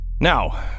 Now